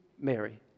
Mary